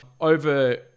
over